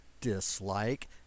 dislike